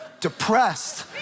depressed